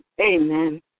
amen